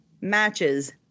matches